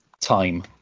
Time